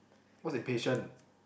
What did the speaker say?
what's impatient